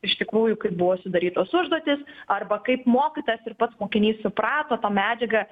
iš tikrųjų kaip buvo sudarytos užduotys arba kaip mokytojas ir pats mokinys suprato tą medžiagą